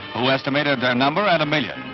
who estimated their number at a million.